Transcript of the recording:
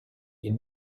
ihn